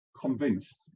convinced